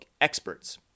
experts